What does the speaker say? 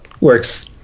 works